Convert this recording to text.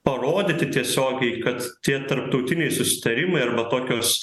parodyti tiesiogiai kad tie tarptautiniai susitarimai arba tokios